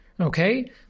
okay